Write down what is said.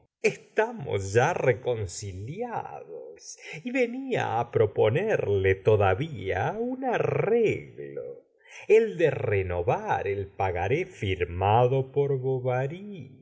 estamos ya reconciliados y venia á proponerle todavía un arreglo el de renovar el pagaré firmado por